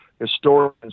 Historians